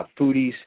Foodies